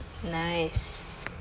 nice